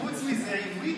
קיבלת ג'וב, חברת הכנסת כהן?